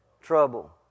Trouble